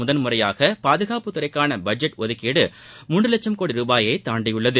முதன் முறையாக பாதுகாப்புத்துறைக்கான பட்ஜெட் ஒதுக்கீடு மூன்று லட்சம் கோடி ரூபாயை தாண்டியுள்ளது